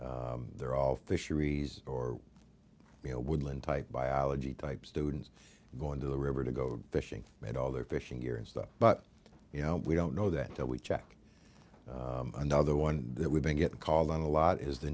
students they're all fisheries or you know woodland type biology type students going to the river to go fishing and all their fishing gear and stuff but you know we don't know that until we check another one that we've been getting called on the lot is the